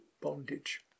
bondage